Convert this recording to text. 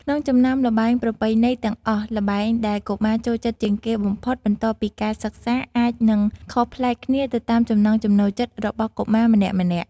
ក្នុងចំណោមល្បែងប្រពៃណីទាំងអស់ ល្បែងដែលកុមារចូលចិត្តជាងគេបំផុតបន្ទាប់ពីការសិក្សា អាចនឹងខុសប្លែកគ្នាទៅតាមចំណង់ចំណូលចិត្តរបស់កុមារម្នាក់ៗ។